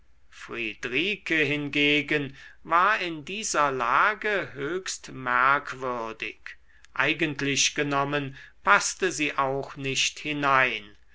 friedrike hingegen war in dieser lage höchst merkwürdig eigentlich genommen paßte sie auch nicht hinein